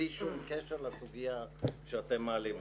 בלי כל קשר לסוגיה שאתם מעלים אותה.